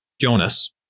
Jonas